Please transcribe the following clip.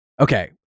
okay